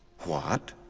what?